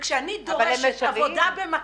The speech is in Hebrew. כשאני דורשת עבודה במקביל,